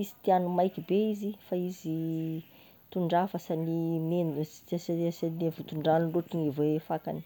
izy tiagny maiky be izy, fa izy tondraha fa sy hany gny mena sy de vontondrano loatry gne fakany.